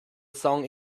song